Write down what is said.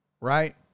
right